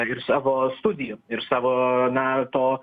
ir savo studijų ir savo na to